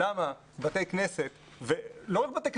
לא רק בתי כנסת סגורים,